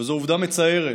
וזו עובדה מצערת,